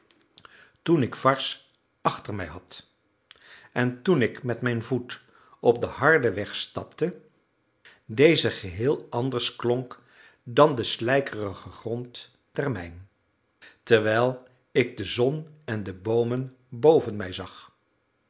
toen ik varses achter mij had en toen ik met mijn voet op den harden weg stapte deze geheel anders klonk dan de slijkerige grond der mijn terwijl ik de zon en de boomen boven mij zag